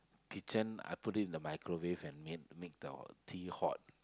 kitchen I put it in the microwave and make make the tea hot